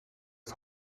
het